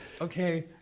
okay